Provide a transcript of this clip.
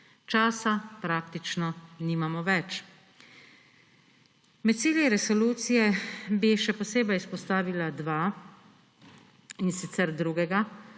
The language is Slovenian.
Časa praktično nimamo več. Med cilji resolucije bi še posebej izpostavila dva, in sicer drugega,